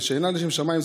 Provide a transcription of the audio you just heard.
ושאינה לשם שמיים,